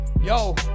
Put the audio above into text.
yo